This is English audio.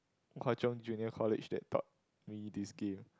Hwa-Chong-Junior-College they got this game